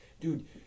Dude